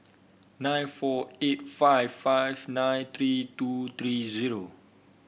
nine four eight five five nine three two three zero